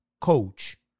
coach